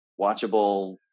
watchable